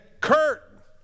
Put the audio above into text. Kurt